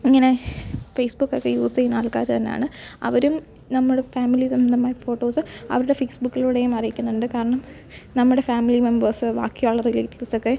ഇങ്ങനെ ഫേസ്ബുക്കൊക്കെ യൂസ് ചെയ്യുന്ന ആൾക്കാരെ തന്നാണ് അവരും നമ്മള് ഫാമിലി സംബന്ധമായ ഫോട്ടോസ് അവരുടെ ഫേസ്ബുക്കിലൂടെയും അറിയിക്കുന്നുണ്ട് കാരണം നമ്മടെ ഫാമിലി മെംബേർസ് ബാക്കിയുള്ള റിലേറ്റീവ്സൊക്കെ